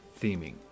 theming